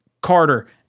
Carter